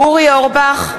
אורי אורבך,